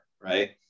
Right